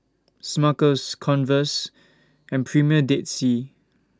Smuckers Converse and Premier Dead Sea